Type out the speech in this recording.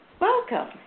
welcome